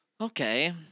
Okay